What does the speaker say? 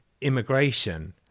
immigration